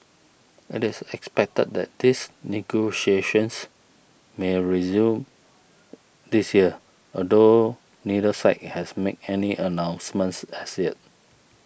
it is expected that these negotiations may resume this year although neither side has made any announcements as yet